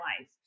life